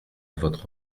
votre